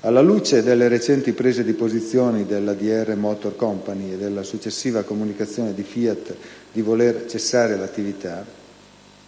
Alla luce delle recenti prese di posizione della DR Motor Company e della successiva comunicazione di FIAT di voler cessare l'attività,